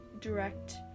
direct